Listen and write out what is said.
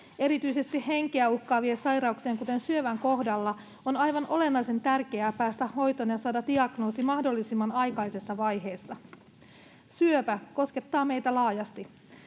Erityisesti henkeä uhkaavien sairauksien kuten syövän kohdalla on aivan olennaisen tärkeää päästä hoitoon ja saada diagnoosi mahdollisimman aikaisessa vaiheessa. Syöpä koskettaa meitä laajasti,